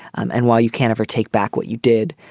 um and while you can't ever take back what you did,